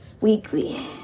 weekly